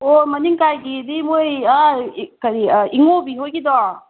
ꯑꯣ ꯃꯅꯤꯡꯀꯥꯏꯒꯤꯗꯤ ꯃꯈꯣꯏ ꯀꯔꯤ ꯏꯪꯉꯣꯕꯤ ꯍꯣꯏꯒꯤꯗꯣ